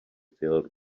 filled